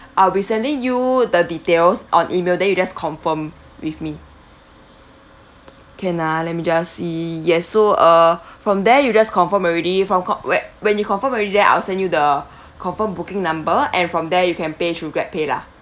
I'll be sending you the details on email then you just confirm with me can ah let me just see yes so uh from there you just confirm already from co~ when when you confirm already then I'll send you the confirm booking number and from there you can pay through GrabPay lah